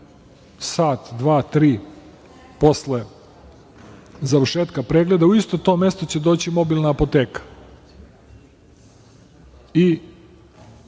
sat, dva, tri posle završetka pregleda u istom tom mestu će doći mobilna apoteka.